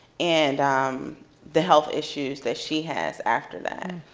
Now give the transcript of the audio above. and the health issues that she has after that